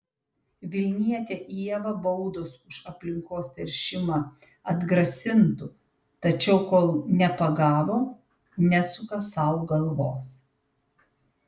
vilnietę ievą baudos už aplinkos teršimą atgrasintų tačiau kol nepagavo nesuka sau galvos